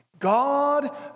God